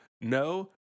No